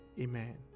Amen